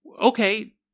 Okay